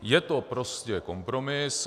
Je to prostě kompromis.